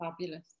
Fabulous